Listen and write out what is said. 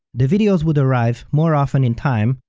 the videos would arrive more often in time,